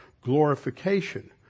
glorification